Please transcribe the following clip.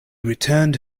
returned